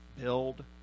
Build